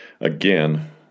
again